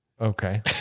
Okay